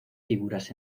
figuras